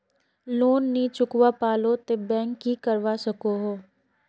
Loan नी चुकवा पालो ते बैंक की करवा सकोहो?